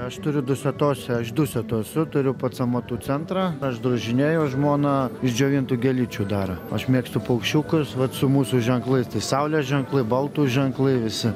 aš turiu dusetose iš dusetų esu turiu pats amatų centrą aš drožinėju žmona iš džiovintų gėlyčių daro aš mėgstu paukščiukus vat su mūsų ženklais tai saulės ženklai baltų ženklai visi